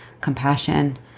compassion